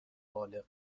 بالغ